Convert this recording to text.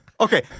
Okay